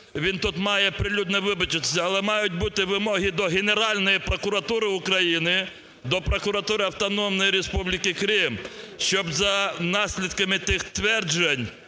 він тут має прилюдно вибачитись. Але мають бути вимоги до Генеральної прокуратури України, до прокуратури Автономної Республіки Крим, щоб за наслідками тих тверджень,